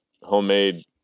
homemade